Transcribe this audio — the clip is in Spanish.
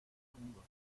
amigos